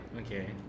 okay